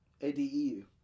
A-D-E-U